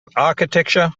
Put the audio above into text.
architecture